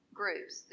groups